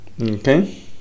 okay